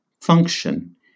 function